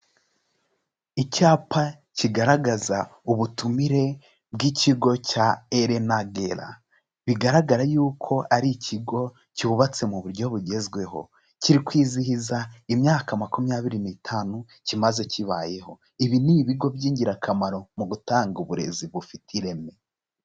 Icyapa kigaragaza ubutumire bw'ikigo cya Elena Guerra, bigaragara yuko ari ikigo cyubatse mu buryo bugezweho, kiri kwizihiza imyaka makumyabiri n'itanu kimaze kibayeho, ibi ni ibigo by'ingirakamaro mu gutanga uburezi bufite ireme.